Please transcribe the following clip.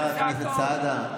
חבר הכנסת סעדה,